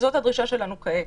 וזו הדרישה שלנו כעת.